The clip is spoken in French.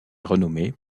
renommée